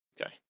Okay